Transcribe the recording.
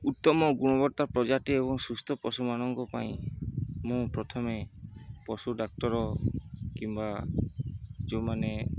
ଉତ୍ତମ ଗୁଣବତ୍ତା ପ୍ରଜାତି ଏବଂ ସୁସ୍ଥ ପଶୁମାନଙ୍କ ପାଇଁ ମୁଁ ପ୍ରଥମେ ପଶୁ ଡାକ୍ତର କିମ୍ବା ଯୋଉମାନେ